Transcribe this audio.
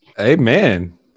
Amen